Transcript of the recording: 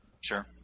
Sure